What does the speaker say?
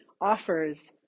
offers